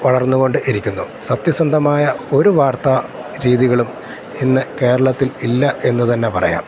വളർന്നു കൊണ്ട് ഇരിക്കുന്നു സത്യസന്ധമായ ഒരു വാർത്താ രീതികളും ഇന്ന് കേരളത്തിൽ ഇല്ല എന്ന് തന്നെ പറയാം